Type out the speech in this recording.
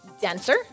denser